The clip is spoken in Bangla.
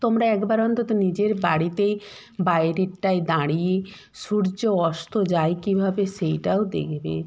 তোমরা একবার অন্তত নিজের বাড়িতেই বাইরেটায় দাঁড়িয়ে সূর্য অস্ত যায় কীভাবে সেইটাও দেখবে